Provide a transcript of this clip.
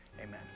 amen